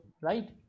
right